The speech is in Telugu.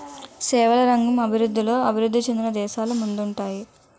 సేవల రంగం అభివృద్ధిలో అభివృద్ధి చెందిన దేశాలు ముందుంటాయి